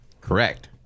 Correct